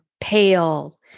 pale